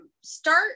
start